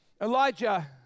Elijah